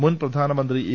മുൻ പ്രധാനമന്ത്രി എ